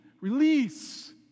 release